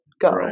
go